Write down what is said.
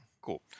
Cool